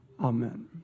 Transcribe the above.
amen